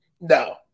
No